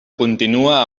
continua